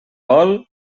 vol